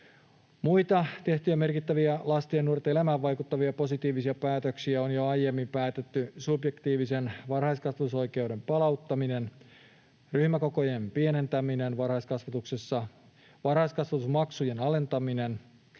Muita tehtyjä merkittäviä lasten ja nuorten elämään vaikuttavia positiivisia päätöksiä ovat jo aiemmin päätetty subjektiivisen varhaiskasvatusoikeuden palauttaminen, ryhmäkokojen pienentäminen varhaiskasvatuksessa, varhaiskasvatusmaksujen alentaminen,